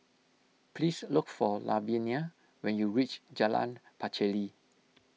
please look for Lavinia when you reach Jalan Pacheli